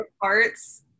parts